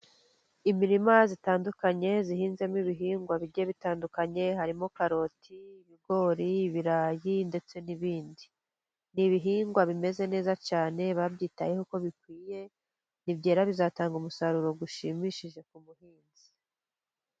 Imirima itandukanye ihinzemo ibihingwa bigiye bitandukanye harimo: karoti, ibigori, ibirayi ndetse n'ibindi.ni ibihingwa bimeze neza cyane babyitayeho uko bikwiye nibyera bizatanga umusaruro ushimishije ku muhinzi.